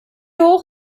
hoch